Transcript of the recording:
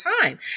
time